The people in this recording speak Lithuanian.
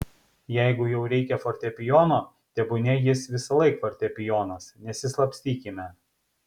jeigu jau reikia fortepijono tebūnie jis visąlaik fortepijonas nesislapstykime